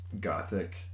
gothic